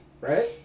Right